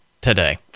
today